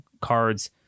cards